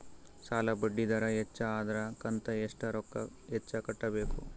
ಸಾಲಾ ಬಡ್ಡಿ ದರ ಹೆಚ್ಚ ಆದ್ರ ಕಂತ ಎಷ್ಟ ರೊಕ್ಕ ಹೆಚ್ಚ ಕಟ್ಟಬೇಕು?